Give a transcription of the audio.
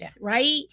right